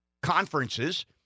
conferences